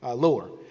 ah lower.